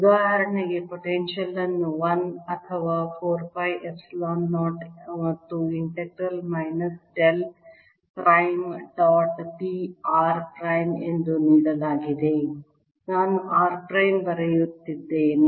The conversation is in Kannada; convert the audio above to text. ಉದಾಹರಣೆಗೆ ಪೊಟೆನ್ಶಿಯಲ್ ಅನ್ನು 1 ಅಥವಾ 4 ಪೈ ಎಪ್ಸಿಲಾನ್ 0 ಮತ್ತು integral minus del prime dot P r prime ಎಂದು ನೀಡಲಾಗಿದೆ ನಾನು r ಪ್ರೈಮ್ ಬರೆಯುತ್ತಿದ್ದೇನೆ